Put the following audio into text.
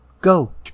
Go